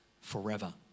forever